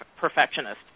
perfectionist